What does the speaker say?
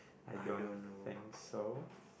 I don't think so